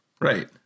right